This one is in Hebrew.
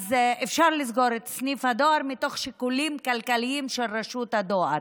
אז אפשר לסגור את סניף הדואר מתוך שיקולים כלכליים של רשות הדואר.